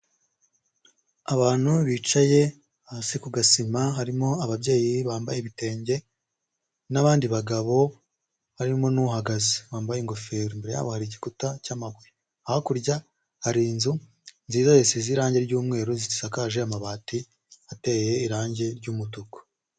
Abantu bicaye hasi ku gasima harimo ababyeyi bambaye ibitenge, n'abandi bagabo harimo n'uhagaze wambaye ingofero, imbere yabo hari igikuta cy'amabuye, hakurya hari inzu nziza zisize irangi ry'umweru zisakaje amabati ateye irangi ry'umutuku.